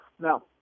Now